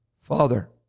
Father